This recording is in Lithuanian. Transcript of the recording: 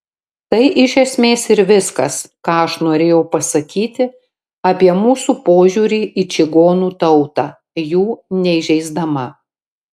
tai iš esmės ir viskas ką aš norėjau pasakyti apie mūsų požiūrį į čigonų tautą jų neįžeisdama